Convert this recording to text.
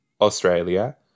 Australia